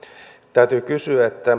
täytyy kysyä